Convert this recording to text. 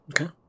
Okay